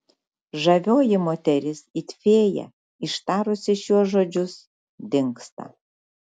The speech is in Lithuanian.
žavioji moteris it fėja ištarusi šiuos žodžius dingsta